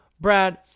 Brad